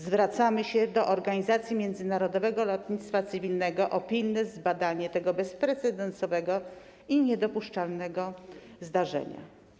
Zwracamy się do Organizacji Międzynarodowego Lotnictwa Cywilnego o pilne zbadanie tego bezprecedensowego i niedopuszczalnego zdarzenia.